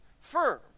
firm